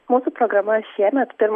mūsų programa šiemet pirmą